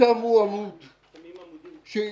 שמו עמוד כדי